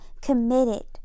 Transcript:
committed